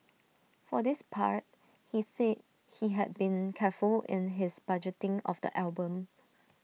for this part he said he had been careful in his budgeting of the album